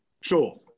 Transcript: Sure